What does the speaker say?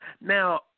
Now